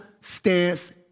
stance